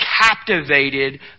captivated